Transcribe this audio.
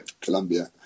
Colombia